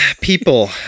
people